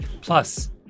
Plus